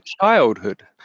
childhood